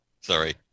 Sorry